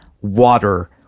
water